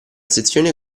sezione